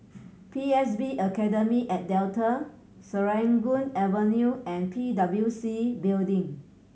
P S B Academy at Delta Serangoon Avenue and P W C Building